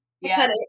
Yes